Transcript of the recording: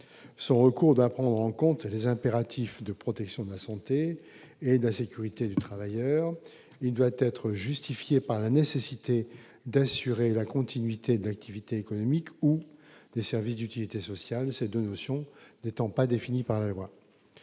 Son recours doit prendre en compte les impératifs de protection de la santé et de la sécurité des travailleurs, et il doit être justifié par la nécessité d'assurer la continuité de l'activité économique ou des services d'utilité sociale, ces deux notions n'étant pas définies par la loi.